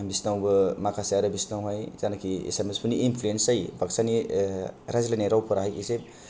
बिसिनावबो माखासे आरो बिसिनावहाय जानाखि एसामिसफोरनि इनप्लुयेनस जायो बाक्सानि रायज्लायनाय रावफोरा एसे